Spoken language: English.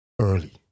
early